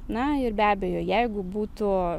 na ir be abejo jeigu būtų